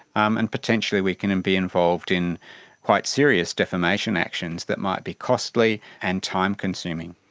um and potentially we can and be involved in quite serious defamation actions that might be costly and time-consuming.